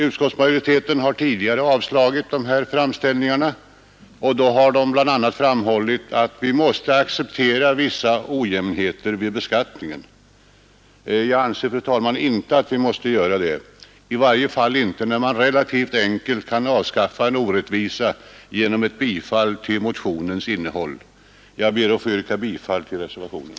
Utskottet har tidigare avstyrkt de här framställningarna och då bl.a. framhållit att vi måste acceptera vissa ojämnheter vid beskattningen. Jag anser inte, fru talman, att vi måste göra det, i varje fall inte när man relativt enkelt kan avskaffa en orättvisa genom ett bifall till motionen. Jag ber att få yrka bifall till reservationen.